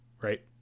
right